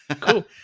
Cool